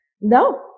No